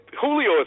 Julio